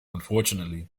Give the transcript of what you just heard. unfortunately